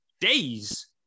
days